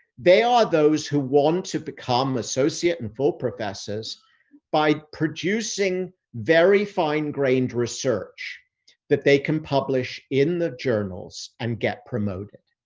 they are those who want to become associate and full professors by producing very fine-grained research that they can publish in the journals and get promoted.